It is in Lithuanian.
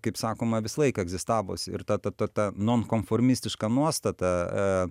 kaip sakoma visą laiką egzistavusi ir ta ta ta non konformistiška nuostata